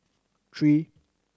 three